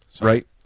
Right